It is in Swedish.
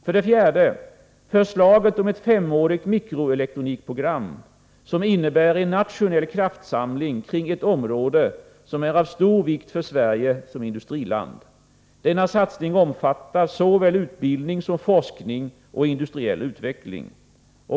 För det fjärde: Förslaget om ett femårigt mikroelektronikprogram, som innebär en nationell kraftsamling kring ett område som är av stor vikt för Sverige som industriland. Denna satsning omfattar såväl utbildning som forskning och industriell utveckling.